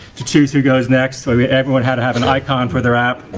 to choose who goes next i mean everyone had to have an icon for their app.